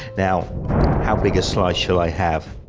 now how big a slice shall i have.